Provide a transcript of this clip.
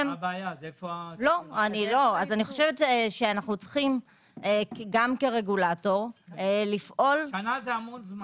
אני חושבת שאו צריכים גם כרגולטור לפעול- -- שנה זה המון זמן.